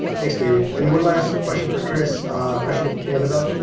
thanks dave. and one last question for chris, a question of canada.